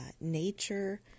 nature